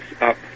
up